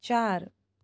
ચાર